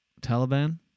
Taliban